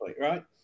right